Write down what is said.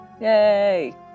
yay